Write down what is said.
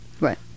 right